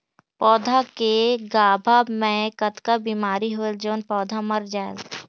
पौधा के गाभा मै कतना बिमारी होयल जोन पौधा मर जायेल?